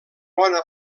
bona